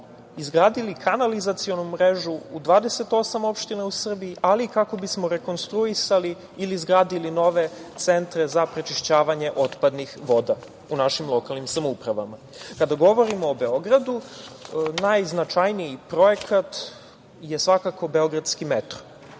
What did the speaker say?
izgrdili kanalizacionu mrežu u 28 opština u Srbiji ali i kako bismo rekonstruisali ili izgradili nove centre za prečišćavanje otpadanih voda u našim lokalnim samoupravama. Kada govorimo o Beogradu, najznačajniji projekat je svakako Beogradski metro.